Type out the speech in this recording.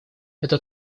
эта